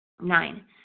nine